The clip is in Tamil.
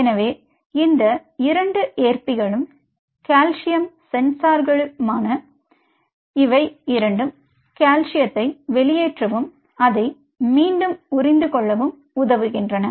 எனவே இந்த 2 ஏற்பிகளும் கால்சியம் சென்சார்களுமான இவை இரண்டும் கால்சியத்தை வெளியேற்றவும் அதை மீண்டும் உறிந்து கொள்ளவும் உதவுகின்றன